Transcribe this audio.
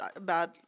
bad